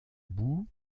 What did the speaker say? boue